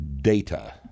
data